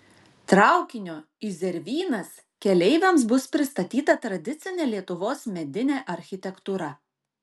traukinio į zervynas keleiviams bus pristatyta tradicinė lietuvos medinė architektūra